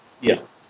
Yes